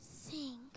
sing